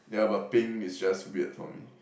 ya but pink is just weird for me